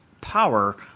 power